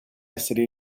essere